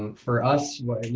um for us, you know,